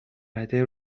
بده